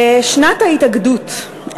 שנת ההתאגדות,